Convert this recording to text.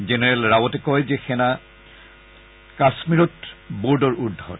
general ৰাৱটে কয় যে সেনা কাশ্মীৰত বৰ্ডৰ উৰ্ধত